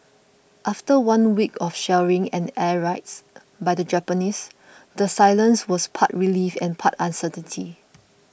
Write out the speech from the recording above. after one week of shelling and air raids by the Japanese the silence was part relief and part uncertainty